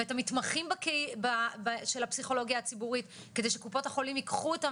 ואת המתמחים של הפסיכולוגיה הציבורית כדי שקופות החולים יקחו אותם